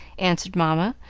answered mamma,